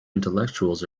intellectuals